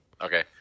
Okay